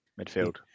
midfield